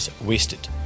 wasted